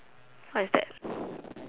what is that